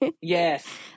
Yes